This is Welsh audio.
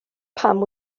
pam